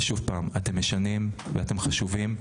ושוב: אתם משנים ואתם חשובים,